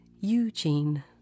Eugene